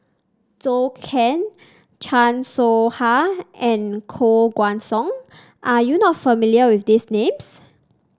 Zhou Can Chan Soh Ha and Koh Guan Song are you not familiar with these names